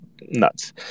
nuts